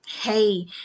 Hey